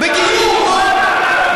בדיוק,